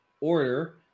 order